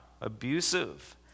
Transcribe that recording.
abusive